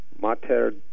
Mater